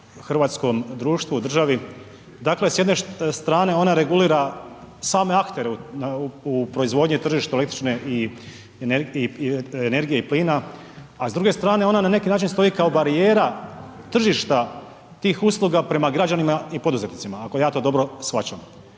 hrvatskom društvu, državi. Dakle, s jedne strane ona regulira same aktere u proizvodnji, tržištu električne energije i plina, a s druge strane, ona na neki način stoji kao barijera tržišta tih usluga prema građanima i poduzetnicima, ako ja to dobro shvaćam.